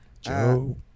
Joe